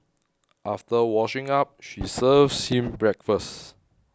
after washing up she serves him breakfast